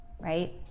right